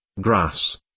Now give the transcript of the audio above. grass